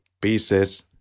pieces